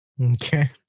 Okay